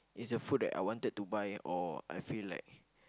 is a food that I wanted to buy or I feel like